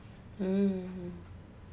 mm